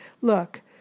Look